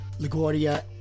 LaGuardia